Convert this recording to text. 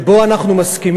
שבו אנחנו מסכימים,